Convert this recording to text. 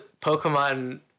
Pokemon